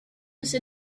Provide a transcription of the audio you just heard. those